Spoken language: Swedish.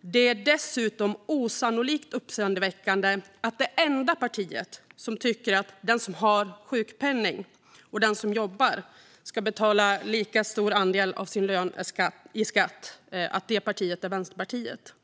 Det är dessutom osannolikt uppseendeväckande att det enda partiet som tycker att den som har sjukpenning och den som jobbar ska betala en lika stor andel av sin lön i skatt är Vänsterpartiet.